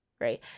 right